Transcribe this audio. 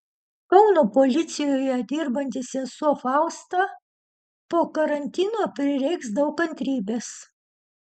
kauno policijoje dirbanti sesuo fausta po karantino prireiks daug kantrybės